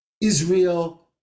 Israel